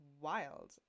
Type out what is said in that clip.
wild